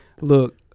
look